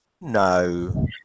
No